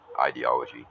ideology